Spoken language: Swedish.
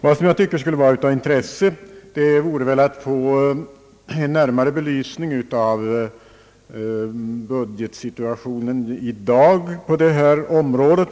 Vad jag tycker skulle vara av intresse vore att få en närmare belysning av budgetsituationen i dag på detta område.